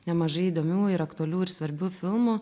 nemažai įdomių ir aktualių ir svarbių filmų